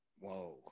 Whoa